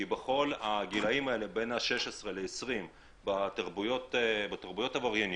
בכל הגילאים האלה בין 16 ל-20 בתרבויות העברייניות,